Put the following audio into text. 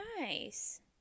nice